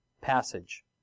passage